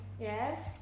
yes